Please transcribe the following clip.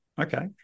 okay